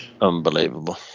unbelievable